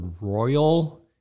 royal